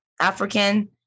African